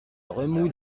remous